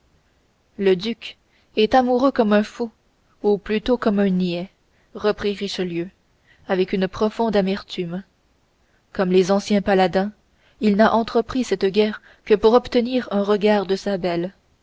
le duc est amoureux comme un fou ou plutôt comme un niais reprit richelieu avec une profonde amertume comme les anciens paladins il n'a entrepris cette guerre que pour obtenir un regard de sa belle